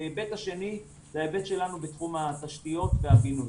ההיבט השני זה ההיבט שלנו בתחום התשתיות והבינוי.